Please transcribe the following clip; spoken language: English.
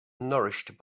nourished